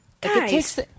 Guys